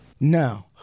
No